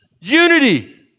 unity